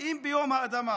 אם ביום האדמה